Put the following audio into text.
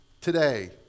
today